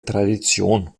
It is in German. tradition